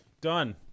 done